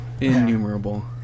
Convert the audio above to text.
Innumerable